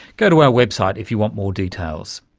go to our website if you want more details.